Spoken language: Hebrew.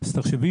אז תחשבי